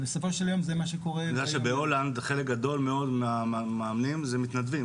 אתה יודע שבהולנד חלק גדול מאוד מהמאמנים הם מתנדבים,